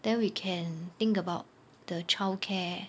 then we can think about the child care